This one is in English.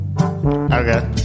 Okay